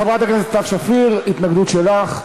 חברת הכנסת סתיו שפיר, התנגדות שלך.